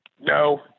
No